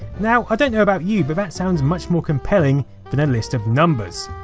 now, i don't know about you, but that sounds much more compelling than a list of numbers!